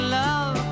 love